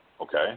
Okay